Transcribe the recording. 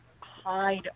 hide